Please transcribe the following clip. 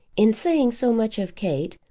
in saying so much of kate,